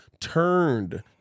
turned